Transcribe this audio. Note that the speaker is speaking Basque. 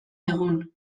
egun